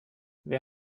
wer